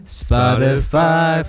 spotify